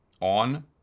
on